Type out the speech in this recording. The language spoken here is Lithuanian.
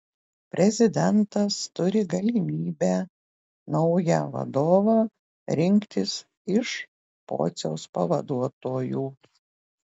prezidentas turi galimybę naują vadovą rinktis iš pociaus pavaduotojų